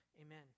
amen